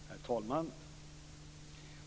Herr talman!